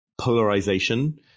polarization